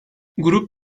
grup